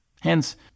Hence